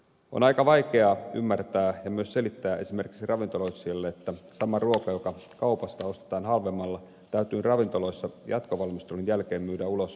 on aika vaikea ymmärtää ja myös selittää esimerkiksi ravintoloitsijalle että sama ruoka joka kaupasta ostetaan halvemmalla täytyy ravintoloissa jatkovalmistelun jälkeen myydä ulos kalliimmalla arvonlisäveroprosentilla